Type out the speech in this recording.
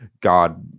God